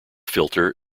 filter